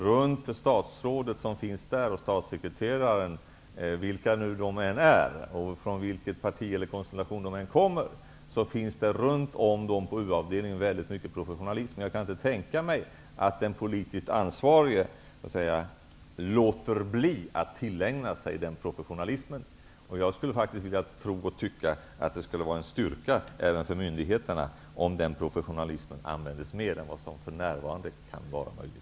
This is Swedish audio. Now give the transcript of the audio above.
Runt statsrådet och även runt statssekreteraren på u-avdelningen -- vilka dessa nu än är och vilket parti eller vilken konstellation de än företräder -- finns det väldigt mycket av professionalism. Jag kan inte tänka mig att den politiskt ansvarige så att säga låter bli att tillägna sig den professionalismen. Jag tror faktiskt -- och det är vad jag också tycker -- att det skulle vara en styrka även för myndigheterna om den professionalismen användes mer än som för närvarande kan vara möjligt.